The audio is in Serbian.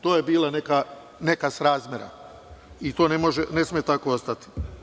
To je bila neka srazmera i to ne sme tako ostati.